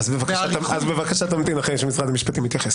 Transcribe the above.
אז בבקשה תמתין אחרי שמשרד המשפטים יתייחס.